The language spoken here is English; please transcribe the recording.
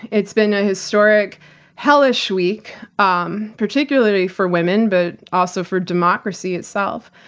it's been a historic hellishweek, um particularly for women, but also for democracy itself,